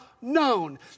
known